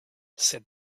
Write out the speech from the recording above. said